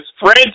French